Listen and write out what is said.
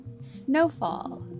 snowfall